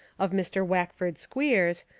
of mr. wackford squeers,